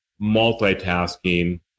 multitasking